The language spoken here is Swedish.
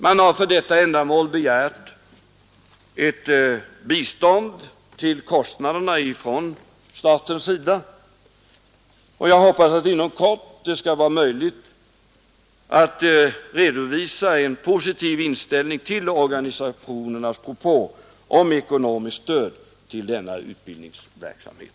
Man har för detta ändamål av staten begärt ett bidrag till kostnaderna, och jag hoppas att det inom kort skall bli möjligt att redovisa en positiv inställning till Organisationernas propåer om ekonomiskt stöd till denna utbildningsverksamhet.